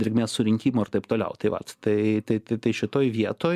drėgmės surinkimo ir taip toliau tai vat tai tai tai šitoj vietoj